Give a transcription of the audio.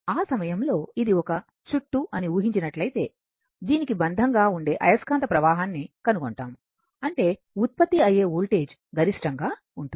ఆ సమయంలో ఇది ఒక చుట్టు అని ఊహించినట్లయితే దీనికి బంధంగా ఉండే అయస్కాంత ప్రవాహాన్ని కనుగొంటాము అంటే ఉత్పత్తి అయ్యే వోల్టేజ్ గరిష్టంగా ఉంటుంది